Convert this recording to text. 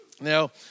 Now